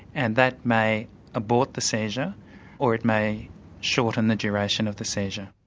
and that may abort the seizure or it may shorten the duration of the seizure.